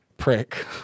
prick